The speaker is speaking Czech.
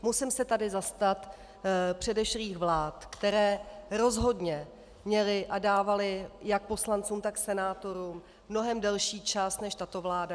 Musím se tady zastat předešlých vlád, které rozhodně měly a dávaly jak poslancům, tak senátorům mnohem delší čas než tato vláda.